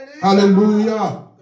Hallelujah